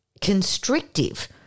constrictive